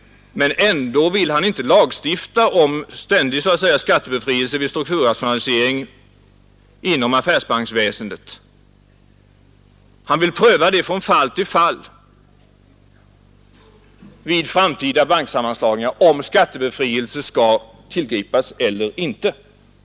Men han vill ändå inte lagstifta om ständig skattebefrielse vid strukturrationalisering inom affärsbanksväsendet. Han vill pröva från fall till fall vid framtida banksammanslagningar om skattebefrielse skall tillgripas eller inte.